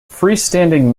freestanding